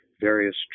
various